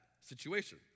situation